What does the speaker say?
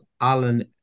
Alan